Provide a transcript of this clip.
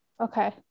okay